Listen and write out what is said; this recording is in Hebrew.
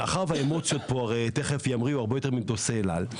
מאחר והאמוציות תיכף ימריאו הרבה יותר ממטוסי אל-על,